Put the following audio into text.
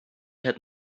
had